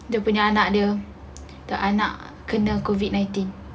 dia punya anak punya anak kena COVID nineteen